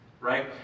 right